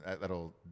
That'll